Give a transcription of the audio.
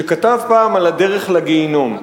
שכתב פעם על הדרך לגיהינום.